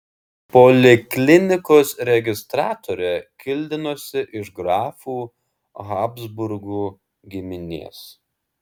poliklinikos registratorė kildinosi iš grafų habsburgų giminės